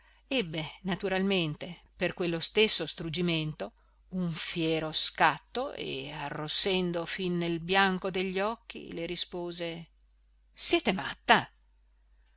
restituirgliela ebbe naturalmente per quello stesso struggimento un fiero scatto e arrossendo fin nel bianco degli occhi le rispose siete matta